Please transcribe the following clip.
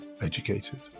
Educated